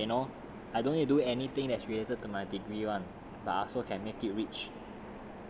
err the kinda that you know I don't need to do anything that is related to my degree one lah but I also can make it rich